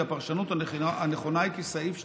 כי הפרשנות הנכונה היא כי סעיף 2(ב)